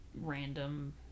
random